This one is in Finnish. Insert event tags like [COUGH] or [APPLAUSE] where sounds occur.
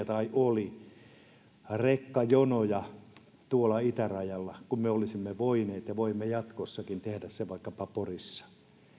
[UNINTELLIGIBLE] tai oli hirvittävän pitkiä rekkajonoja tuolla itärajalla kun me olisimme voineet ja voimme jatkossakin tehdä sen vaikkapa porissa